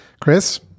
Chris